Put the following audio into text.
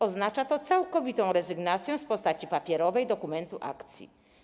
Oznacza to całkowitą rezygnację z postaci papierowej dokumentu akcji.